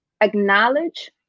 acknowledge